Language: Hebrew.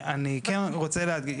אני כן רוצה להגיד.